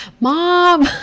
Mom